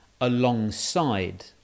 alongside